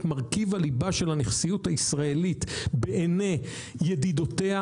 מרכיב ליבה של הנכסיות הישראלית בעיני ידידותיה,